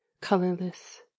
colorless